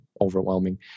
overwhelming